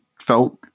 felt